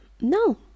No